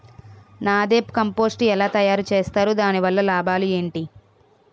NADEP compost ఎలా తయారు చేస్తారు? దాని వల్ల లాభాలు ఏంటి?